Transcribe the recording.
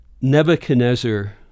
Nebuchadnezzar